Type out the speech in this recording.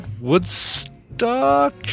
Woodstock